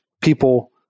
people